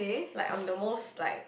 like I'm the most like